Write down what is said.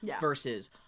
versus